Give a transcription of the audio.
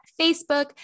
Facebook